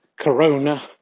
Corona